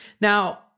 Now